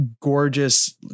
gorgeous